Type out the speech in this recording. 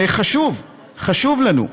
זה חשוב לנו.